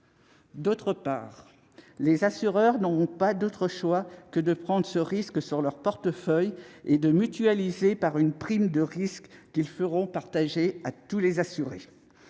D'une part, les assureurs n'auront pas d'autres choix que de prendre ce risque sur leur portefeuille et de le mutualiser par une prime de risque qu'ils feront partager à tous les assurés,